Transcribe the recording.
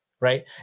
right